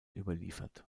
überliefert